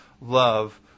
love